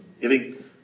giving